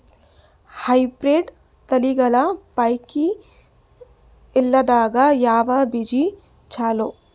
Hybrid ತಳಿಗಳ ಪೈಕಿ ಎಳ್ಳ ದಾಗ ಯಾವ ಬೀಜ ಚಲೋ?